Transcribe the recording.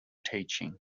teaching